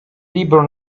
libro